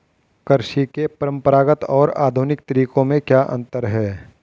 कृषि के परंपरागत और आधुनिक तरीकों में क्या अंतर है?